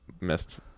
missed